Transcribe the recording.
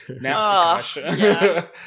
Now